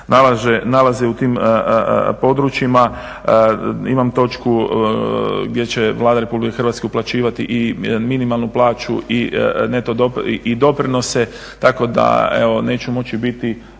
nalaze u tim područjima, imam točku gdje će Vlada RH uplaćivati minimalnu plaću i doprinose, tako da neću moći biti